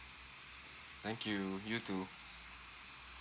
thank you you too